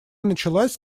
началась